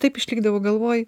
taip išlikdavo galvoj